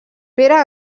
pere